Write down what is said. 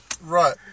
right